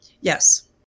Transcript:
Yes